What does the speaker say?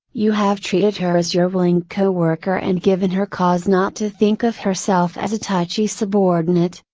you have treated her as your willing coworker and given her cause not to think of herself as a touchy subordinate,